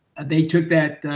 they took that,